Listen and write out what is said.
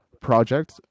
project